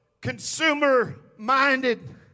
consumer-minded